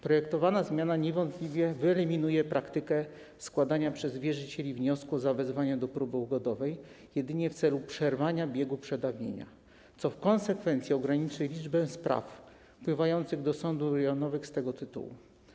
Projektowana zmiana niewątpliwie wyeliminuje praktykę składania przez wierzycieli wniosku o zawezwanie do próby ugodowej jedynie w celu przerwania biegu przedawnienia, co w konsekwencji ograniczy liczbę spraw wpływających do sądów rejonowych z tego tytułu.